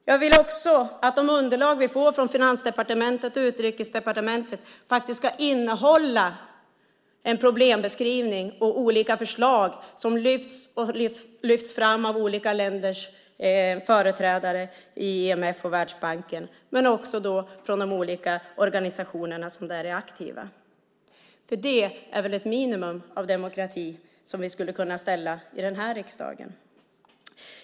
Jag vill också att de underlag vi får från Finansdepartementet och Utrikesdepartementet faktiskt ska innehålla en problembeskrivning och förslag som lyfts fram av olika länders företrädare i IMF och Världsbanken men också av de olika organisationer som är aktiva där. Det är väl ett minimum av demokrati som vi skulle kunna ställa krav på i den här riksdagen.